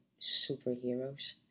superheroes